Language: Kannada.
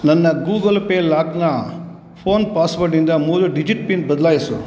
ನನ್ನ ಗೂಗಲ್ ಪೇ ಲಾಕ್ನ ಫೋನ್ ಪಾಸ್ವರ್ಡಿಂದ ಮೂರು ಡಿಜಿಟ್ ಪಿನ್ ಬದಲಾಯಿಸು